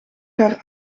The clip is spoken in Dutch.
haar